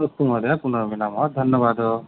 अस्तु महोदये पुनर्मिलामः धन्यवादः